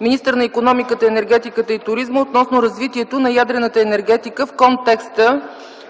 министър на икономиката, енергетиката и туризма, относно развитието на ядрената енергетика в контекста